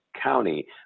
County